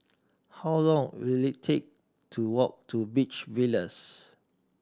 how long will it take to walk to Beach Villas